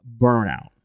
burnout